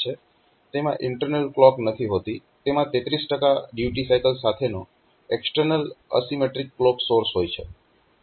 તેમાં internal clock નથી હોતી તેમાં 33 ડ્યુટી સાયકલ સાથેનો એક્ટર્નલ એસિમેટ્રીક ક્લોક સોર્સ હોય છે